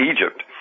Egypt